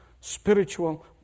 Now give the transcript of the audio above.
spiritual